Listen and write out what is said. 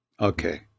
okay